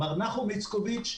מר נחום איצקוביץ',